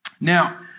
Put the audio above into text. Now